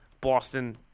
Boston